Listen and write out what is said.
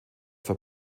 für